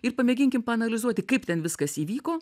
ir pamėginkim paanalizuoti kaip ten viskas įvyko